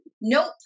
Nope